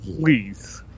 please